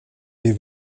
est